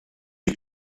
est